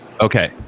okay